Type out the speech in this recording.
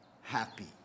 happy